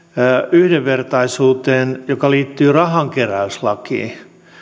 yhdenvertaisuuteen joka liittyy rahankeräyslakiin